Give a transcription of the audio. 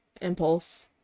impulse